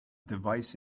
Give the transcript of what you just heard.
device